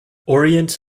orient